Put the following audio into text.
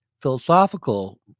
philosophical